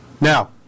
Now